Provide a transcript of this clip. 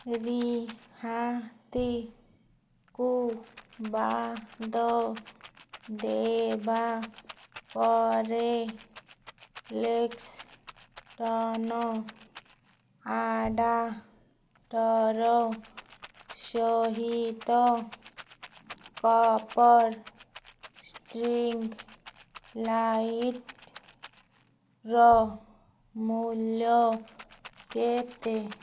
ରିହାତିକୁ ବାଦ ଦେବା ପରେ ଲେକ୍ସଟନ୍ ଆଡ଼ାପ୍ଟର୍ ସହିତ କପର୍ ଷ୍ଟ୍ରିଙ୍ଗ ଲାଇଟ୍ର ମୂଲ୍ୟ କେତେ